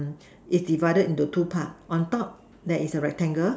is divided into two part on top there is a rectangle